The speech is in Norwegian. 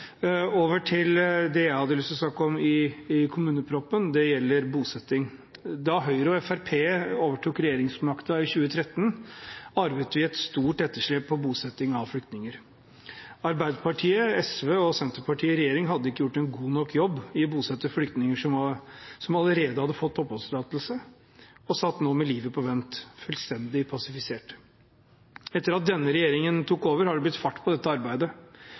Over til det jeg hadde lyst til å snakke om i kommuneproposisjonen. Det gjelder bosetting. Da Høyre og Fremskrittspartiet overtok regjeringsmakten i 2013, arvet vi et stort etterslep på bosetting av flyktninger. Arbeiderpartiet, SV og Senterpartiet i regjering hadde ikke gjort en god nok jobb for å bosette flyktninger som allerede hadde fått oppholdstillatelse. De satt nå med livet på vent, fullstendig passivisert. Etter at denne regjeringen tok over, har det blitt fart på dette arbeidet.